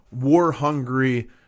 war-hungry